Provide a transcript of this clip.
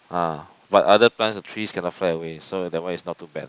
ah but other plants or trees cannot fly away so that one is not too bad